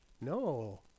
no